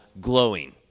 glowing